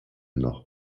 noch